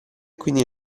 quindi